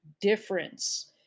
difference